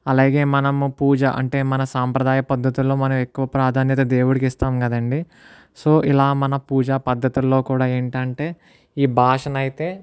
అలాగే మనము పూజ అంటే మన సాంప్రదాయ పద్ధతుల్లో మనం ఎక్కువ ప్రాధాన్యత దేవుడికి ఇస్తాం కదండి సో ఇలా మన పూజ పద్ధతుల్లో కూడా ఏంటంటే ఈ భాషను అయితే